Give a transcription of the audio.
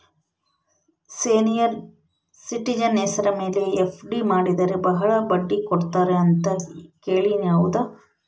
Senior citizen ಹೆಸರ ಮೇಲೆ FD ಮಾಡಿದರೆ ಬಹಳ ಬಡ್ಡಿ ಕೊಡ್ತಾರೆ ಅಂತಾ ಕೇಳಿನಿ ಹೌದಾ?